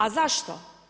A zašto?